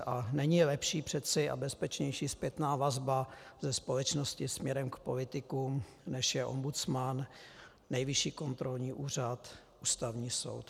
A není lepší a bezpečnější přece zpětná vazba ze společnosti směrem k politikům, než je ombudsman, Nejvyšší kontrolní úřad, Ústavní soud.